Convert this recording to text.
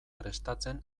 prestatzen